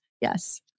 Yes